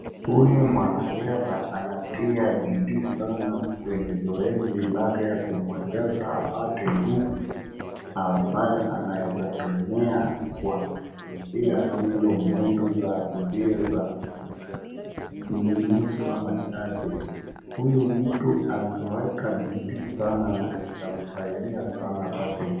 Huyu mwanariadha anatia bidii sana kwenye zoezi lake kumwezesha apate nguvu ambaye anaeza tumia kwa kukimbia hilo mwendo za mbio za nusu ama chache. Huyu mtu anaweka bidii sana na inamsaidia sana apate nguvu.